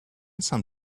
some